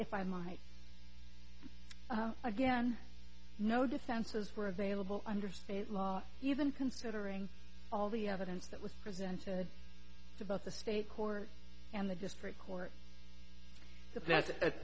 if i might again no defenses were available under state law even considering all the evidence that was presented to both the state court and the district court